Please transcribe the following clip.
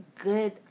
good